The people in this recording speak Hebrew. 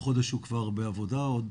חודש הוא כבר בעבודה, עוד